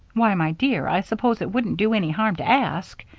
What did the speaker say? why, my dear, i suppose it wouldn't do any harm to ask.